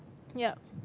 ya